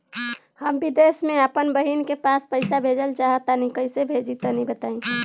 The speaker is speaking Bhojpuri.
हम विदेस मे आपन बहिन के पास पईसा भेजल चाहऽ तनि कईसे भेजि तनि बताई?